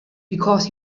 because